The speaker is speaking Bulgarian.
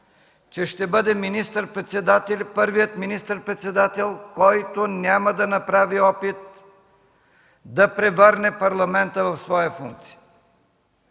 че ще бъде първият министър-председател, който няма да направи опит да превърне Парламента в своя функция.